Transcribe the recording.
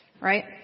right